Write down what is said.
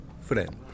friend